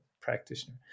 practitioner